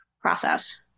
process